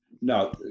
No